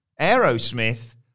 Aerosmith